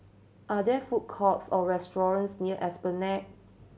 are there food courts or restaurants near Esplanade